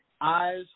Eyes